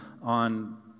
on